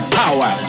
power